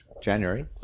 January